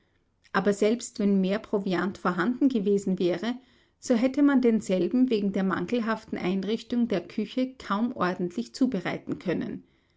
aber selbst wenn mehr proviant vorhanden gewesen wäre so hätte man denselben wegen der mangelhaften einrichtung der küche kaum ordentlich zubereiten können